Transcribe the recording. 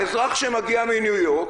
האזרח שמגיע מניו יורק,